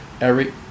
Eric